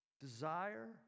desire